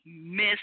miss